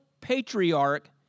patriarch